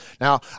now